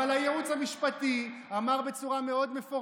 אבל הייעוץ המשפטי אמר בצורה מאוד מפורשת,